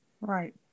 right